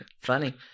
funny